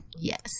Yes